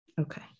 Okay